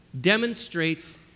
demonstrates